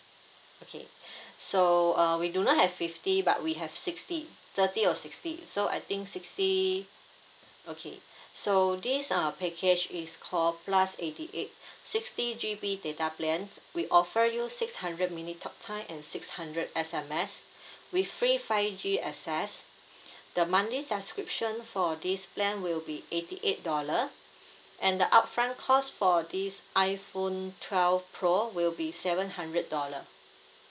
okay so uh we do not have fifty but we have sixty thirty or sixty so I think sixty okay so this uh package is call plus eighty eight sixty G_B data plan we offer you six hundred minute talk time and six hundred S_M_S with free five G access the monthly subscription for this plan will be eighty eight dollar and the upfront cost for this iphone twelve pro will be seven hundred dollar